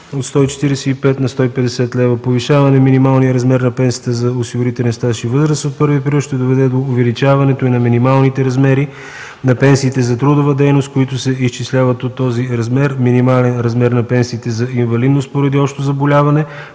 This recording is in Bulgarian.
от 145 на 150 лв. Повишаването на минималния размер на пенсията за осигурителен стаж и възраст от 1 април ще доведе до увеличаване и на минималните размери на пенсиите за трудова дейност, които се изчисляват от този размер – минимален размер на пенсиите за инвалидност поради общо заболяване,